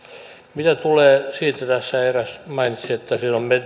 mitä tulee siitä tässä eräs mainitsi siihen että